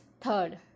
third